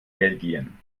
belgien